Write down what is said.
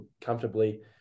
comfortably